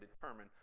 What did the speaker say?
determine